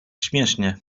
śmiesznie